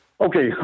Okay